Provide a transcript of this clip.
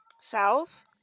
South